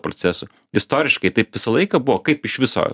procesu istoriškai taip visą laiką buvo kaip iš viso